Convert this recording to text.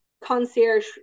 concierge